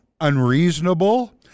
unreasonable